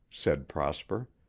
said prosper.